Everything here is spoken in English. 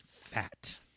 fat